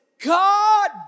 God